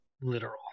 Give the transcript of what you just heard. literal